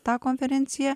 tą konferenciją